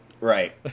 Right